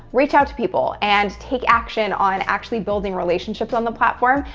reach out to people and take action on actually building relationships on the platform.